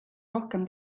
rohkem